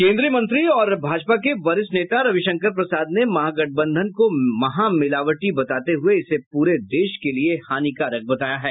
केंद्रीय मंत्री और भाजपा के वरिष्ठ नेता रविशंकर प्रसाद ने महागठबंधन को महामिलावटी बताते हुये इसे पूरे देश के लिये हानिकारक बताया है